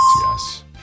Yes